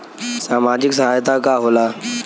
सामाजिक सहायता का होला?